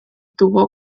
tuvo